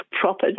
proper